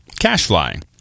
Cashfly